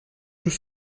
tout